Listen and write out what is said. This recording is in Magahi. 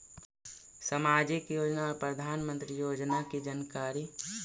समाजिक योजना और प्रधानमंत्री योजना की जानकारी?